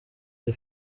iyi